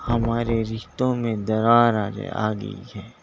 ہمارے رشتوں میں درار آ گئی ہے